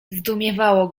zdumiewało